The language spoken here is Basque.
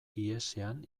ihesean